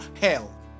hell